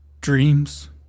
dreams